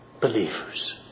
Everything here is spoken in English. believers